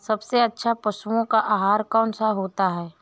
सबसे अच्छा पशुओं का आहार कौन सा होता है?